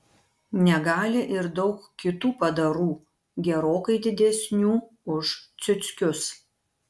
negali ir daug kitų padarų gerokai didesnių už ciuckius